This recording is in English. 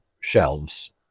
shelves